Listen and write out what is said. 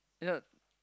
you know